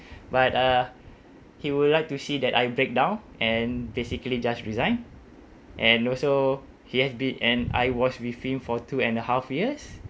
but uh he would like to see that I break down and basically just resign and also he has been and I was with him for two and a half years